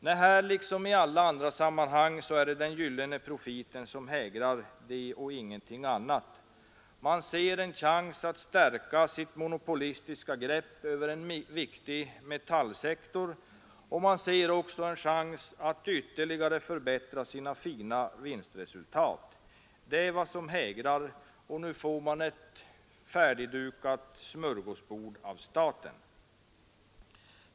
Nej, här liksom i alla andra sammanhang är det den gyllene profiten som hägrar — det och ingenting annat. Man ser en chans att stärka sitt monopolistiska grepp över en viktig metallsektor, och man ser också en chans att ytterligare förbättra sina fina vinstresultat. Det är vad som hägrar, och nu får man ett färdigdukat smörgåsbord av staten.